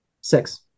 Six